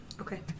Okay